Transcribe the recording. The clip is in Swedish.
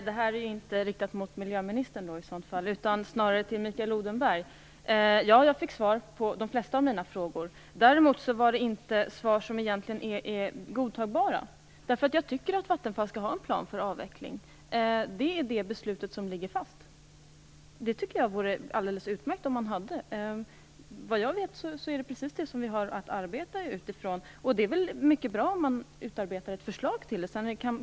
Herr talman! Jag riktar mig inte till miljöministern, utan snarare till Mikael Odenberg. Ja, jag fick svar på de flesta av mina frågor. Däremot var svaren egentligen inte godtagbara. Jag tycker nämligen att Vattenfall skall ha en plan för avveckling. Det är det beslut som ligger fast. Jag tycker att det vore alldeles utmärkt om man hade en sådan plan. Vad jag vet är det precis detta som vi har att arbeta utifrån. Det är väl mycket bra om man utarbetar ett förslag till en plan.